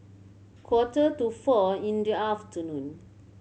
quarter to four in the afternoon